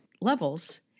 levels